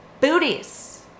booties